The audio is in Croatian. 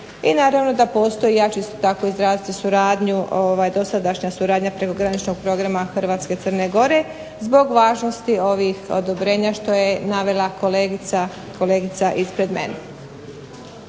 i naravno da postoji, ja ću se tako izraziti suradnju, dosadašnja suradnja prekograničnog programa Hrvatske i Crne Gore, zbog važnosti ovih odobrenja što je navela kolegica ispred mene.